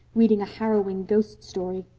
reading a harrowing ghost story.